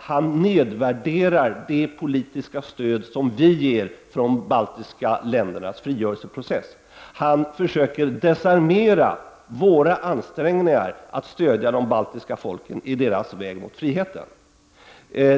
han nervärderar det politiska stöd som vi ger de baltiska ländernas frigörelseprocess. Han försöker desarmera våra ansträngningar att stödja de baltiska folken på deras väg mot friheten.